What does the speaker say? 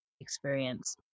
experience